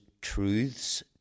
truths